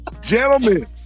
Gentlemen